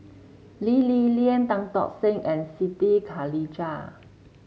Lee Li Lian Tan Tock Seng and Siti Khalijah